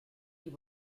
you